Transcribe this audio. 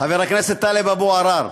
חבר הכנסת טלב אבו עראר,